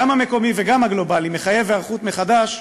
גם המקומי וגם הגלובלי, מחייב היערכות מחדש,